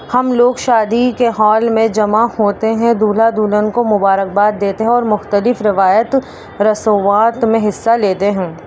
ہم لوگ شادی کے ہال میں جمع ہوتے ہیں دولہا دلہن کو مبارکباد دیتے ہیں اور مختلف روایت رسومات میں حصہ لیتے ہیں